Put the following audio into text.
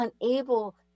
unable